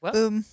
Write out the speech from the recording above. Boom